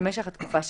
למשך התקופה שקבעה,